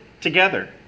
together